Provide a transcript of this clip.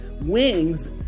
wings